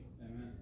Amen